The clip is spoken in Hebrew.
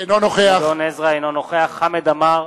אינו נוכח חמד עמאר,